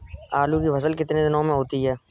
आलू की फसल कितने दिनों में होती है?